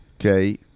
Okay